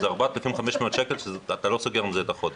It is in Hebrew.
זה 4,500 שקל ואתה לא סוגר עם זה את החודש.